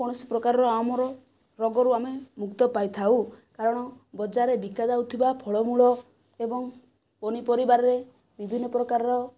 କୌଣସି ପ୍ରକାରର ଆମର ରୋଗରୁ ଆମେ ମୁକ୍ତ ପାଇଥାଉ କାରଣ ବଜାରରେ ବିକା ଯାଉଥିବା ଫଳମୂଳ ଏବଂ ପନିପରିବାରେ ବିଭିନ୍ନ ପ୍ରକାରର